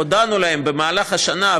הודענו להם במהלך השנה,